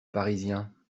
parisiens